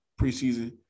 preseason